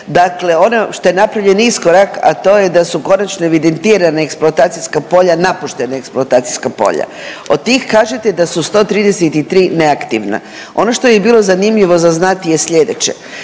Dakle, ono što je napravljen iskorak, a to je da su konačno evidentirana eksploatacijska, napuštena eksploatacijska polja. Od tih kažete da su 133 neaktivna. Ono što bi bilo zanimljivo za znatni je slijedeće.